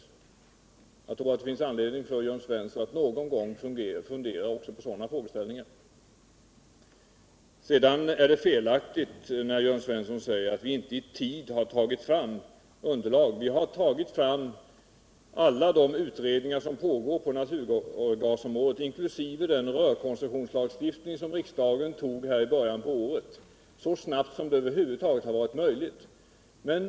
Jag tror att det finns anledning för Jörn Svensson att någon gång fundera också på sådana frågor. Sedan är det fel när Jörn Svensson säger att vi inte i tid har tagit fram underlag. Vi har tagit fram alla de utredningar som pågår på naturgasområdet inkl. den rörkoncession som riksdagen antog i början av året, och det har skett så snart det någonsin har varit möjligt.